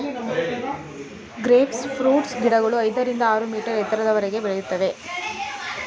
grape fruits ಗಿಡಗಳು ಐದರಿಂದ ಆರು ಮೀಟರ್ ಎತ್ತರದವರೆಗೆ ಬೆಳೆಯುತ್ತವೆ